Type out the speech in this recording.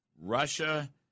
Russia